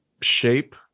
shape